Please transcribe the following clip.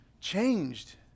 changed